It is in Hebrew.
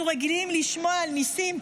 אנחנו רגילים לשמוע על ניסים,